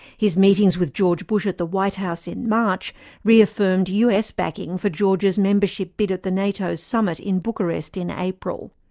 his meetings with george bush at the white house in march reaffirmed us backing for georgia's membership bid at the nato summit in bucharest in april.